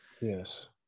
Yes